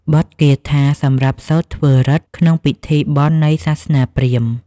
បទគាថាសម្រាប់សូត្រធ្វើរីតិ៍ ក្នុងពិធីបុណ្យនៃសាសនាព្រាហ្មណ៍។